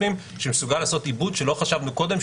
שמסוגל לעשות עיבוד שלא חשבנו קודם,